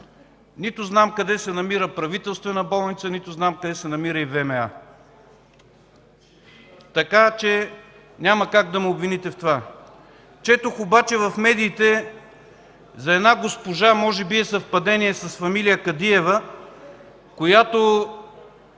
Нито знам къде се намира Правителствена болница, нито знам къде се намира ВМА, така че няма как да ме обвините в това. Четох обаче в медиите за една госпожа, може би е съвпадение, с фамилия Кадиева, която